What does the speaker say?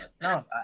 No